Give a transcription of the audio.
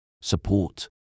support